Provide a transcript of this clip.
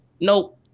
Nope